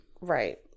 Right